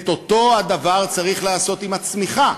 את אותו הדבר צריך לעשות עם הצמיחה,